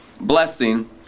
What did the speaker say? blessing